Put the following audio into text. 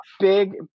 big